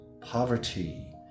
poverty